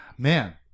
Man